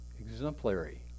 exemplary